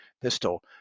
Pistol